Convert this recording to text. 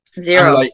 Zero